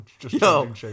Yo